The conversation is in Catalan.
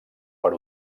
per